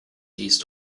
east